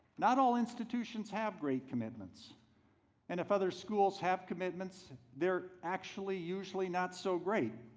not all institutions have great commitments and if other schools have commitments they're actually usually not so great,